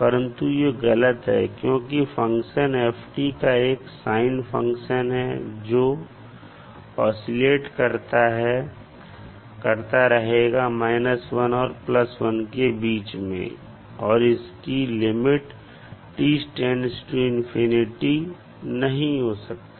परंतु यह गलत है क्योंकि फंक्शन f एक साइन फंक्शन है जो असीलेट करता रहेगा 1 से 1 के बीच में और इसकी लिमिट नहीं हो सकती